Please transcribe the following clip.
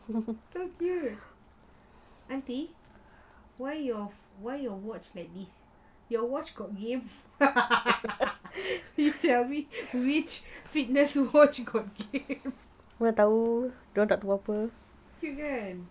so cute aunty why your watch like this your watch got name you tell me which fitness watch got game cute right